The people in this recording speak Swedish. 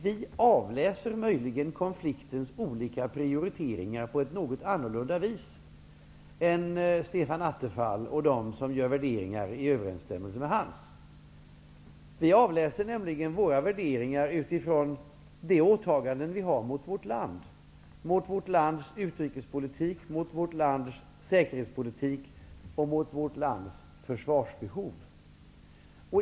Vi avläser möjligen konfliktens olika prioriteringar på ett något annorlunda vis än vad Stefan Attefall gör och de som har värderingar i överensstämmelse med hans. Vi avläser nämligen våra värderingar utifrån de åtaganden vi har mot vårt land, mot vårt lands utrikespolitik, säkerhetspolitik och försvarsbehov.